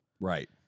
Right